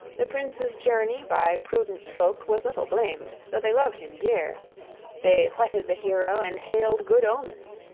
the prince's journey by prudent folk was little blamed, though they loved him dear they whetted the hero, and hailed good omens.